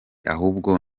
ahubwo